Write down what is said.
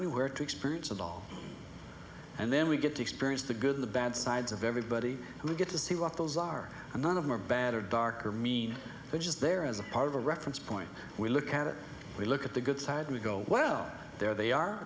anywhere to experience it all and then we get to experience the good the bad sides of everybody who get to see what those are and none of them are bad or dark or mean which is there is a part of a reference point we look at it we look at the good side we go well there they are